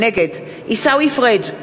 נגד עיסאווי פריג'